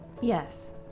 Yes